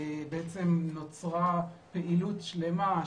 נוצרה פעילות שלמה,